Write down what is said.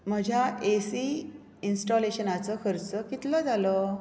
म्हज्या A C इन्स्टॉलेशनाचो खर्चो कितलो जालो